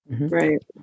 Right